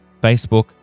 Facebook